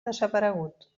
desaparegut